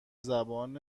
زبان